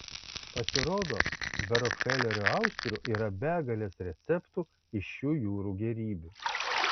pasirodo be rokfelerio austrių yra begalės receptų iš šių jūrų gėrybių